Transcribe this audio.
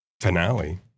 finale